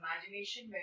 imagination